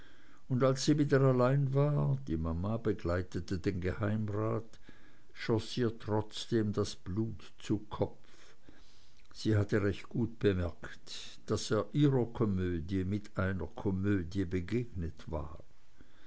durchgespielt als sie wieder allein war die mama begleitete den geheimrat schoß ihr trotzdem das blut zu kopf sie hatte recht gut bemerkt daß er ihrer komödie mit einer komödie begegnet war